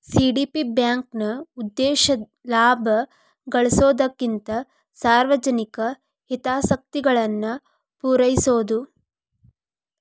CDB ಬ್ಯಾಂಕ್ನ ಉದ್ದೇಶ ಲಾಭ ಗಳಿಸೊದಕ್ಕಿಂತ ಸಾರ್ವಜನಿಕ ಹಿತಾಸಕ್ತಿಗಳನ್ನ ಪೂರೈಸೊದು